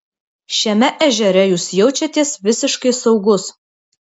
šiame ežere jūs jaučiatės visiškai saugus